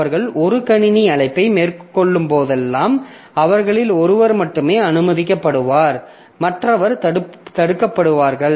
அவர்கள் ஒரு கணினி அழைப்பை மேற்கொள்ளும்போதெல்லாம் அவர்களில் ஒருவர் மட்டுமே அனுமதிக்கப்படுவார் மற்றவர்கள் தடுக்கப்படுவார்கள்